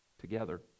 together